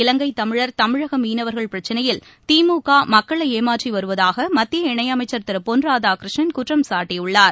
இலங்கைதமிழர் தமிழகமீனவர்கள் பிரச்சினையில் திமுகமக்களைஏமாற்றிவருவதாகமத்திய காவிரி இணையமைச்சர் திருபொன் ராதாகிருஷ்ணன் குற்றம் சாட்டியுள்ளார்